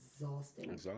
exhausting